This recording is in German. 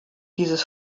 dieses